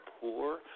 poor